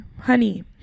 honey